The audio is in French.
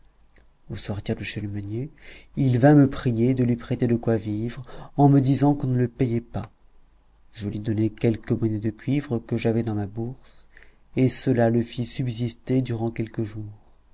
au sortir de chez le meunier il vint me prier de lui prêter de quoi vivre en me disant qu'on ne le payait pas je lui donnai quelque monnaie de cuivre que j'avais dans ma bourse et cela le fit subsister durant quelques jours